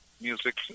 music